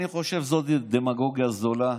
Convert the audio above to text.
אני חושב שזאת דמגוגיה זולה.